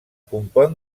compon